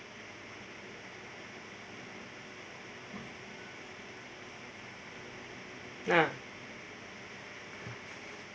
nah